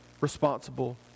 responsible